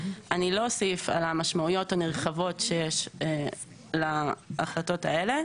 אני לא אוסיף על המשמעויות הנרחבות שיש להחלטות האלה,